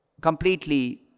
completely